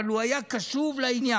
אבל הוא היה קשוב לעניין,